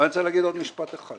אני רוצה להגיד עוד משפט אחד.